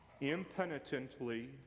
impenitently